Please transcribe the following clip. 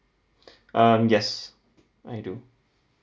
um yes I do